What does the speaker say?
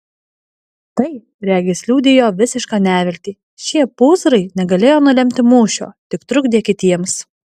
tai regis liudijo visišką neviltį šie pūzrai negalėjo nulemti mūšio tik trukdė kitiems